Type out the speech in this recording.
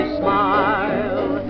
smile